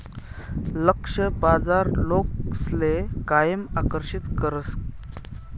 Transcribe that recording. लक्ष्य बाजार लोकसले कायम आकर्षित करस